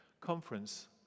conference